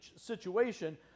situation